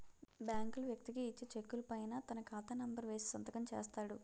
బ్యాంకులు వ్యక్తికి ఇచ్చే చెక్కుల పైన తన ఖాతా నెంబర్ వేసి సంతకం చేస్తాడు